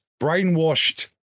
brainwashed